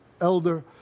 elder